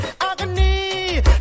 Agony